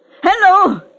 Hello